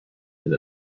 did